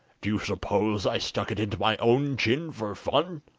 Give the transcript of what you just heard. do you suppose i stuck it into my own chin for fun